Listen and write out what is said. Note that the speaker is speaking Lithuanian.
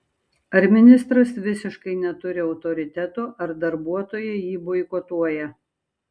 ar ministras visiškai neturi autoriteto ar darbuotojai jį boikotuoja